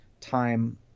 time